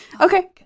Okay